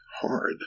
hard